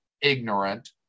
ignorant